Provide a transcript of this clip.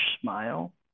smile